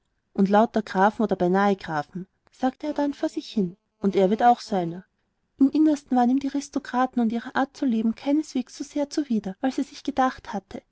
und lauter grafen oder beinahe grafen sagte er dann vor sich hin und er wird auch so einer im innersten waren ihm die ristokraten und ihre art zu leben keineswegs so sehr zuwider als er sich gedacht hatte